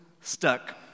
stuck